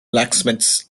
blacksmiths